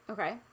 Okay